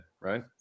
Right